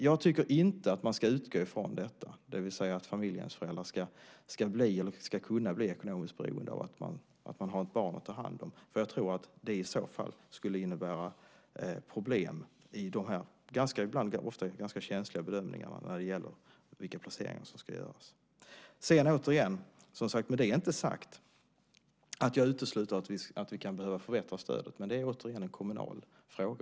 Jag tycker alltså inte att man ska utgå från att familjehemsföräldrar ska kunna bli ekonomiskt beroende av att ha ett barn att ta hand om. Jag tror att det i så fall skulle innebära problem i de ofta ganska känsliga bedömningarna av vilken placering som ska göras. Med det inte sagt, återigen, att jag utesluter att vi kan behöva förbättra stödet. Men det är alltså en kommunal fråga.